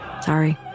Sorry